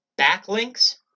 backlinks